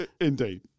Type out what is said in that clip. Indeed